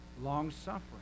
Long-suffering